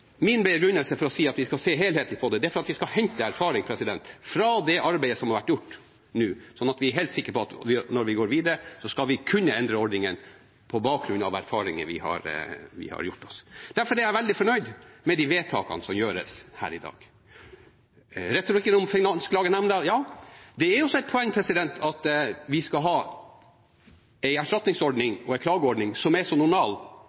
min begrunnelse for å si at vi skal se helhetlig på det, er at vi skal hente erfaringer fra det arbeidet som har vært gjort nå, sånn at vi er helt sikre på at når vi går videre, skal vi kunne endre ordningene på bakgrunn av erfaringer vi har gjort oss. Derfor er jeg veldig fornøyd med de vedtakene som skal gjøres her i dag. Med tanke på retorikken om Finansklagenemnda: Ja, det er også et poeng at vi skal ha en erstatningsordning og en klageordning som er normal og så